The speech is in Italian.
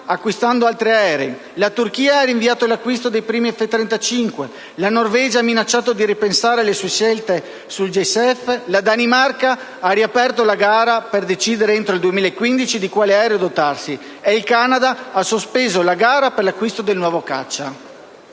acquistando anche altri aerei; la Turchia ha rinviato l'acquisto dei primi F-35; la Norvegia ha minacciato di ripensare le sue scelte sul JSF; la Danimarca ha riaperto la gara per decidere entro il 2015 di quale aereo dotarsi e il Canada ha sospeso la gara per l'acquisto del nuovo caccia.